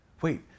wait